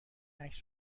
عکس